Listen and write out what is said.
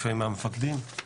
לפעמים מהמפקדים.